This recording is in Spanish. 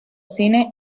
cine